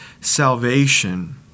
salvation